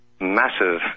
massive